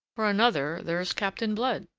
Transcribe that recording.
for another there's captain blood.